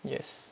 yes